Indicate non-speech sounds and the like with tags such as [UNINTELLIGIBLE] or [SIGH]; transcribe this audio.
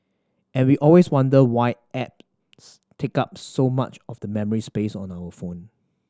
and we always wonder why apps take up [UNINTELLIGIBLE] so much of the memory space on our phone